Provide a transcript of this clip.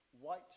white